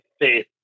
faith